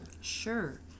Sure